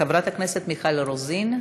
חברת הכנסת מיכל רוזין.